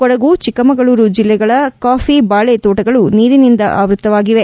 ಕೊಡಗು ಚಿಕ್ಕಮಗಳೂರು ಜಿಲ್ಲೆಗಳ ವ್ಯಾಪಕ ಕಾಫಿ ಬಾಳೆ ತೋಟಗಳು ನೀರಿನಿಂದ ಆವೃತವಾಗಿವೆ